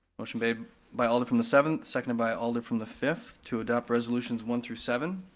motion made by alder from the seventh, second by alder from the fifth to adopt resolutions one through seven.